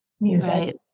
music